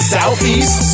Southeast